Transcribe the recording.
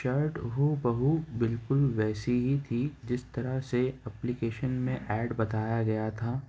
shirt ہو بہو بالکل ویسی ہی تھی جس طرح سے اپلیکیشن میں ایڈ بتایا گیا تھا